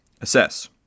assess